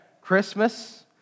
Christmas